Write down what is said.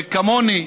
כמוני,